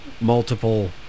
multiple